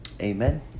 amen